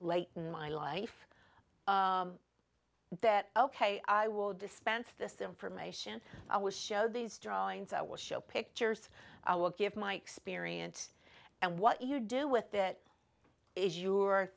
late in my life that ok i will dispense this information i was show these drawings i will show pictures i will give my experience and what you do with it is your